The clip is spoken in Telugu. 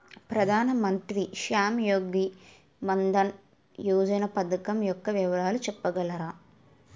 ప్రధాన మంత్రి శ్రమ్ యోగి మన్ధన్ యోజన పథకం యెక్క వివరాలు చెప్పగలరా?